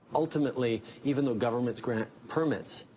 ultimately, even though governments grant permits,